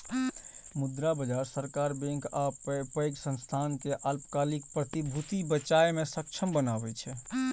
मुद्रा बाजार सरकार, बैंक आ पैघ संस्थान कें अल्पकालिक प्रतिभूति बेचय मे सक्षम बनबै छै